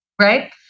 right